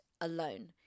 alone